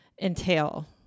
entail